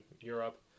Europe